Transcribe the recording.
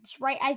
right